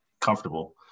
comfortable